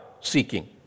seeking